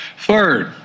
Third